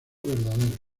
verdaderos